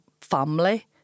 family